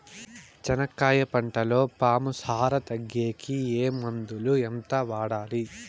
చెనక్కాయ పంటలో పాము సార తగ్గేకి ఏ మందులు? ఎంత వాడాలి?